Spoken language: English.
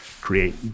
create